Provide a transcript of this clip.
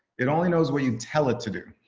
it only knows what you tell it to do.